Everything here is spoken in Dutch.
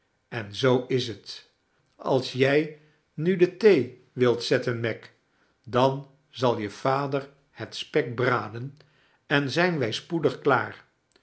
en zoo is het als jij nu de thee wilt zetten meg dan zal je vader het spek braden en zijn wij spoedig kliaar